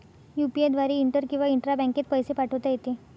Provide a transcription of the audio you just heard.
UPI द्वारे inter किंवा intra बँकेत पैसे पाठवता येते